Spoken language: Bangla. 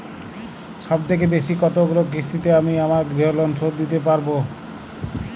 সবথেকে বেশী কতগুলো কিস্তিতে আমি আমার গৃহলোন শোধ দিতে পারব?